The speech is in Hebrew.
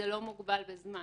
זה לא מוגבל בזמן,